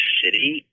city